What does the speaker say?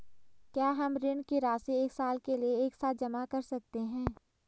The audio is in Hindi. क्या हम ऋण की राशि एक साल के लिए एक साथ जमा कर सकते हैं?